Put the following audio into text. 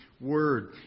word